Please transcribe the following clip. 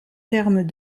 termes